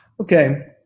Okay